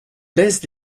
laissent